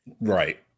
right